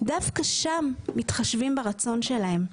דווקא שם מתחשבים ברצון שלהם.